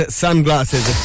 sunglasses